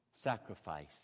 sacrifice